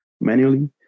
manually